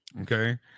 okay